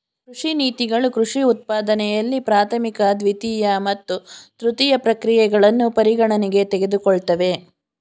ಕೃಷಿ ನೀತಿಗಳು ಕೃಷಿ ಉತ್ಪಾದನೆಯಲ್ಲಿ ಪ್ರಾಥಮಿಕ ದ್ವಿತೀಯ ಮತ್ತು ತೃತೀಯ ಪ್ರಕ್ರಿಯೆಗಳನ್ನು ಪರಿಗಣನೆಗೆ ತೆಗೆದುಕೊಳ್ತವೆ